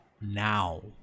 now